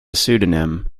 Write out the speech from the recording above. pseudonym